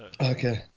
Okay